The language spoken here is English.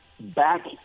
back